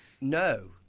no